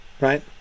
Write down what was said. Right